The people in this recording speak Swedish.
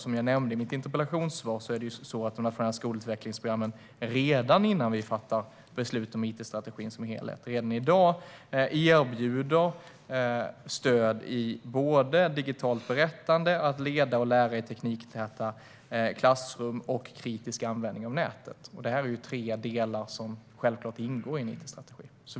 Som jag nämnde i mitt interpellationssvar erbjuder de nationella skolutvecklingsprogrammen redan i dag - innan vi har fattat beslut om it-strategin som helhet - stöd i såväl digitalt berättande, att leda och lära i tekniktäta klassrum, som kritisk användning av nätet. Dessa tre delar ingår självklart i en it-strategi.